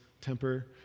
temper